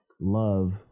love